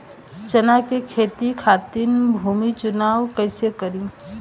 चना के खेती खातिर भूमी चुनाव कईसे करी?